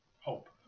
hope